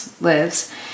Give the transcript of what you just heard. lives